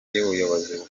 y’ubuyobozi